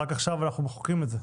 רק עכשיו אנחנו מחוקקים את זה.